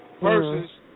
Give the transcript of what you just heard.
Versus